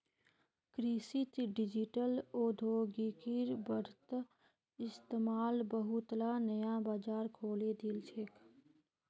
कृषित डिजिटल प्रौद्योगिकिर बढ़ त इस्तमाल बहुतला नया बाजार खोले दिल छेक